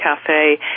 cafe